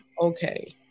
okay